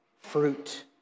fruit